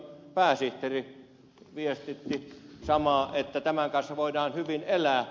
reserviläisliiton pääsihteeri viestitti samaa että tämän kanssa voidaan hyvin elää